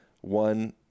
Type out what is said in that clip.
one